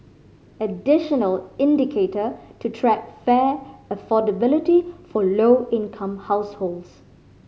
additional indicator to track fare affordability for low income households